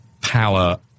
power